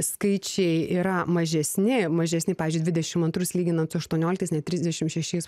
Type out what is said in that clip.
skaičiai yra mažesni mažesni pavyzdžiui dvidešimt antrus lyginant su aštuonioliktais net trisdešimt šešiais